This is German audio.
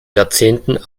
jahrzehnten